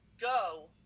go